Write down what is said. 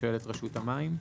שואל את רשות המים.